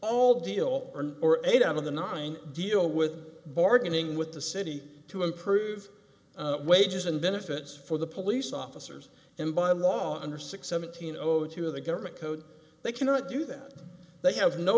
all deal or eight out of the nine deal with bargaining with the city to improve wages and benefits for the police officers and by law under six seventeen zero zero two the government code they cannot do that they have no